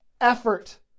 effort